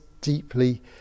deeply